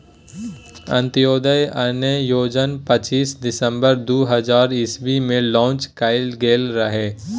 अंत्योदय अन्न योजना पच्चीस दिसम्बर दु हजार इस्बी मे लांच कएल गेल रहय